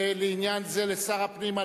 ולעניין זה לשר הפנים,